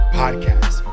podcast